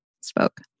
spoke